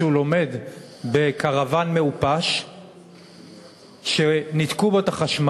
מכיוון שהוא לומד בקרוון מעופש שניתקו בו את החשמל,